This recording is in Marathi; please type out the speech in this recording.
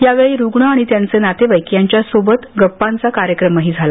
यावेळी रुग्ण आणि त्यांचे नातेवाईक यांच्यासोबत गप्पांचा कार्यक्रमही झाला